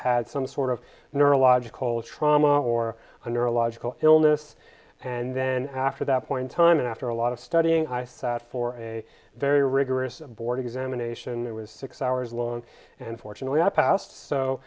had some sort of neurological trauma or under a logical illness and then after that point time after a lot of studying i sat for a very rigorous board examination that was six hours long and fortunately i passed so